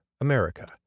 America